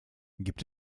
gibt